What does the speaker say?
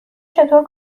چطور